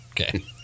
Okay